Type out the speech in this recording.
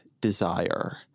desire –